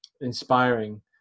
inspiring